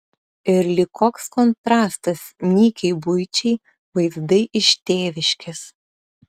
ir lyg koks kontrastas nykiai buičiai vaizdai iš tėviškės